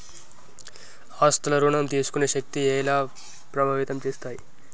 ఆస్తుల ఋణం తీసుకునే శక్తి ఎలా ప్రభావితం చేస్తాయి?